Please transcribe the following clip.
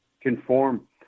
conform